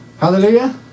Hallelujah